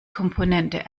komponente